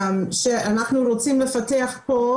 כלי שאנחנו רוצים לפתח כאן.